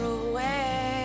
away